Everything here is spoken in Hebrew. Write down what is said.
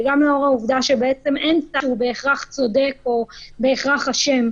וגם לאור העובדה שבעצם אין כאן בהכרח צודק או בהכרח אשם,